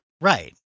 right